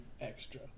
extra